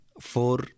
four